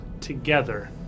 together